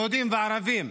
יהודים וערבים.